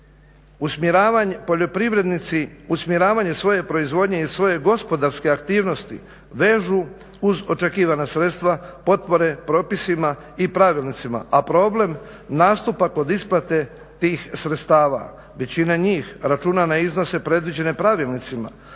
isplaćen. Poljoprivrednici usmjeravanjem svoje proizvodnje i svoje gospodarske aktivnosti vežu uz očekivana sredstva potpore propisima i pravilnicima, a problem nastupa kod isplate tih sredstava. Većina njih računa na iznose predviđene pravilnicima,